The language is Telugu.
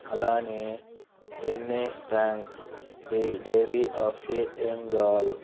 అలానే Anne Frank diary of a young girl